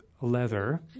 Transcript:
leather